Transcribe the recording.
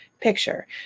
picture